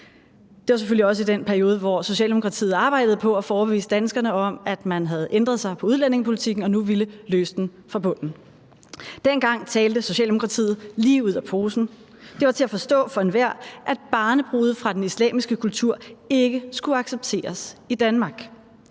Det var selvfølgelig også i den periode, hvor Socialdemokratiet arbejdede på at få overbevist danskerne om, at man havde ændret sig med hensyn til udlændingepolitikken og nu ville løse den fra bunden. Dengang talte Socialdemokratiet lige ud af posen. Det var til at forstå for enhver, at barnebrude fra den islamiske kultur ikke skulle accepteres i Danmark.